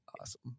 Awesome